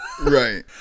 Right